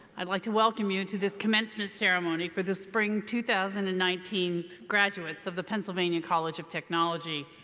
i'd like to welcome you to this commencement ceremony for the spring two thousand and nineteen graduates of the pennsylvania college of technology.